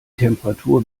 temperatur